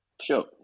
Sure